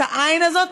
את העין הזאת,